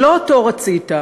שלא אותו רצית,